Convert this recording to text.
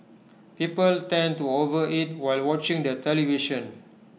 people tend to overeat while watching the television